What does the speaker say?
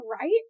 Right